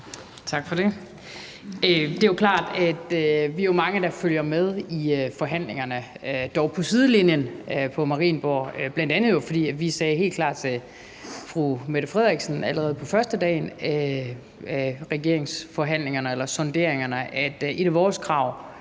Tak for det. Det er klart, at vi er mange, der følger med i forhandlingerne på Marienborg, dog på sidelinjen, bl.a. jo fordi vi helt klart sagde til den fungerende statsminister allerede på førstedagen af regeringsforhandlingerne eller -sonderingerne, at et af vores krav